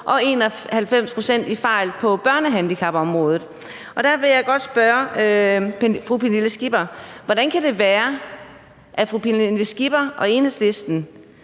og 91 på børnehandicapområdet. Der vil jeg godt spørge fru Pernille Skipper: Hvordan kan det være, at fru Pernille Skipper og Enhedslisten